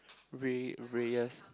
Rey~ Reyes